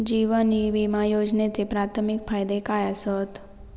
जीवन विमा योजनेचे प्राथमिक फायदे काय आसत?